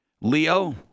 Leo